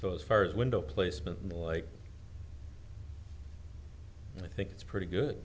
so as far as window placement like i think it's pretty good